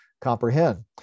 comprehend